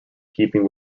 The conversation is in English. keeping